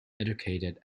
educated